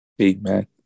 Amen